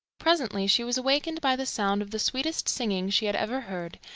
presently she was awakened by the sound of the sweetest singing she had ever heard,